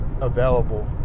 available